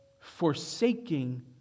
forsaking